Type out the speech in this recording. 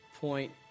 point